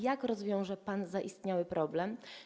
Jak rozwiąże pan zaistniały problem?